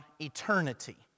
eternity